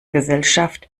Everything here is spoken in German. gesellschaft